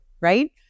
right